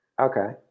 okay